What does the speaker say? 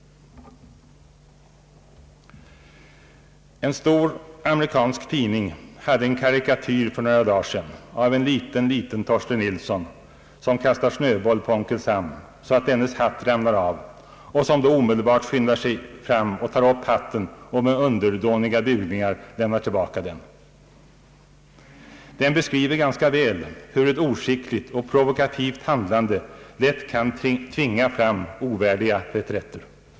En stor amerikansk tidning hade en karikatyr för några dagar sedan av en liten, liten Torsten Nilsson, som kastar snöboll på Onkel Sam så att dennes hatt ramlar av och som då omedelbart skyndar sig att ta upp hatten och med underdåniga bugningar lämnar tillbaka den. Karikatyren beskriver ganska väl hur ett oskickligt och provokativt handlande lätt kan tvinga fram ovärdiga reträtter.